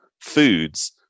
foods